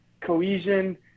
cohesion